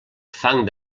fang